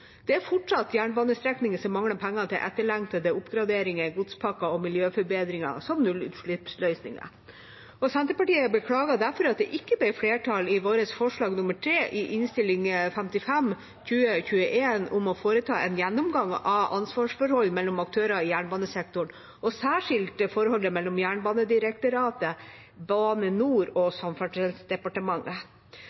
Det er fortsatt jernbanestrekninger som mangler penger til etterlengtede oppgraderinger, godspakker og miljøforbedringer, som nullutslippsløsninger. Senterpartiet beklager derfor at det ikke ble flertall for vårt forslag nr. 3 i Innst. S 55 om å foreta en gjennomgang av ansvarsforhold mellom aktørene i jernbanesektoren, og særskilt forholdet mellom Jernbanedirektoratet, Bane NOR og